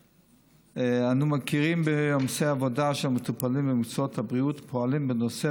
אנו מכירים בעומסי העבודה של המטפלים במקצועות הבריאות ופועלים בנושא